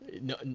No